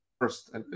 first